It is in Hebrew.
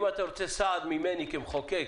אם אתה רוצה סעד ממני כמחוקק